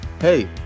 Hey